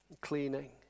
cleaning